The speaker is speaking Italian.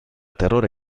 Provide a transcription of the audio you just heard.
terrore